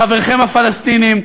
חבריכם הפלסטינים,